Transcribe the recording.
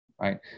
Right